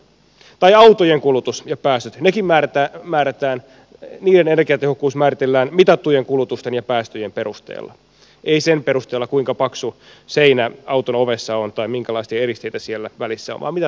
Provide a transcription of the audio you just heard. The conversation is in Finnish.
tai autojen kulutus ja päästöt niidenkin energiatehokkuus määritellään mitattujen kulutusten ja päästöjen perusteella ei sen perusteella kuinka paksu seinä auton ovessa on tai minkälaisia eristeitä siellä välissä on vaan mitataan se todellinen kulutus